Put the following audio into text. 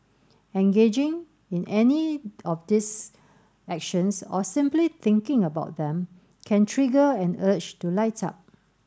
engaging in any of these actions or simply thinking about them can trigger an urge to light up